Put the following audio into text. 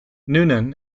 noonan